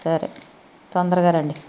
సరే తొందరగా రండి